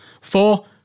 four